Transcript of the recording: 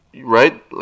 right